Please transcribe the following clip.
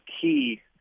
key